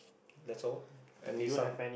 that's all and